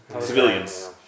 civilians